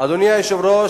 אדוני היושב-ראש,